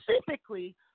specifically